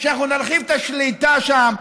שאנחנו נרחיב את השליטה שם.